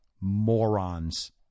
morons